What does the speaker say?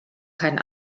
kein